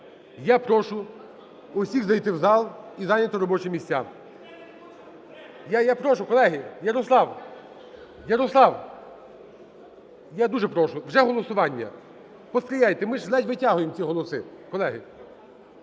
Я прошу всіх зайти в зал і зайняти робочі місця. Я прошу, колеги, Ярослав, Ярослав, я дуже прошу. Вже голосування. Посприяйте, ми ж ледь витягуємо ці голоси, колеги.